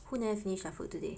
who never finish their food today